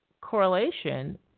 correlation